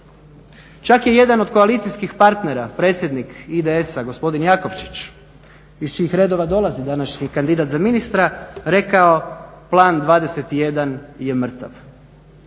Čak je jedan od koalicijskih partnera predsjednik IDS-a gospodin Jakovčić iz čijih redova dolazi današnji kandidat za ministra rekao Plan 21 je mrtav.